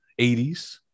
80s